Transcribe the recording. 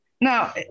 Now